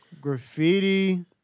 Graffiti